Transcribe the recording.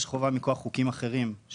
יש חובה מכוח חוקים אחרים.